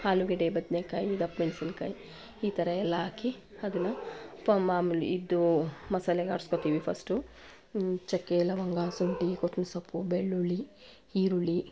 ಆಲೂಗಡ್ಡೆ ಬದನೆಕಾಯಿ ದಪ್ಪ ಮೆಣಸಿನ್ಕಾಯಿ ಈ ಥರ ಎಲ್ಲ ಹಾಕಿ ಅದನ್ನು ಪ ಮಾಮೂಲಿ ಇದೂ ಮಸಾಲೆಗೆ ಆರ್ಸ್ಕೊಳ್ತೀವಿ ಫಸ್ಟು ಚಕ್ಕೆ ಲವಂಗ ಶುಂಠಿ ಕೊತ್ತಂಬ್ರಿ ಸೊಪ್ಪು ಬೆಳ್ಳುಳ್ಳಿ ಈರುಳ್ಳಿ